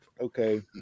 okay